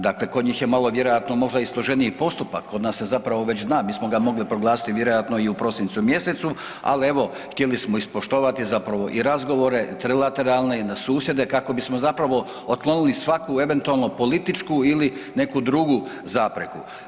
Dakle, kod njih je malo vjerojatno i složeniji postupak, kod nas se već zna, mi smo ga mogli proglasiti vjerojatno i u prosincu mjesecu, al evo htjeli smo ispoštovati zapravo i razgovore trilateralne i na susjede kako bismo otklonili svaku eventualno političku ili neku drugu zapreku.